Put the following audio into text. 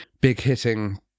big-hitting